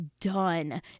done